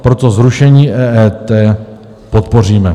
Proto zrušení EET podpoříme.